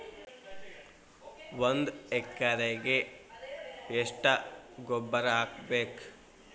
ಒಂದ್ ಎಕರೆಗೆ ಎಷ್ಟ ಗೊಬ್ಬರ ಹಾಕ್ಬೇಕ್?